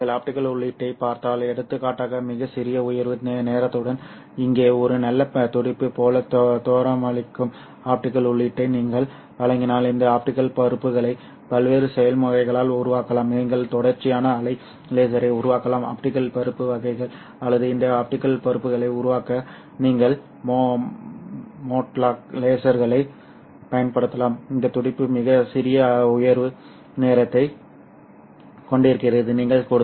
நீங்கள் ஆப்டிகல் உள்ளீட்டைப் பார்த்தால் எடுத்துக்காட்டாக மிகச் சிறிய உயர்வு நேரத்துடன் இங்கே ஒரு நல்ல துடிப்பு போல தோற்றமளிக்கும் ஆப்டிகல் உள்ளீட்டை நீங்கள் வழங்கினால் இந்த ஆப்டிகல் பருப்புகளை பல்வேறு செயல்முறைகளால் உருவாக்கலாம் நீங்கள் தொடர்ச்சியான அலை லேசரை உருவாக்கலாம் ஆப்டிகல் பருப்பு வகைகள் அல்லது இந்த ஆப்டிகல் பருப்புகளை உருவாக்க நீங்கள் மோட் லாக் லேசர்களைப் பயன்படுத்தலாம் இந்த துடிப்பு மிகச் சிறிய உயர்வு நேரத்தைக் கொண்டிருக்கிறது நீங்கள் கொடுத்தால்